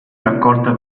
raccolta